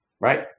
right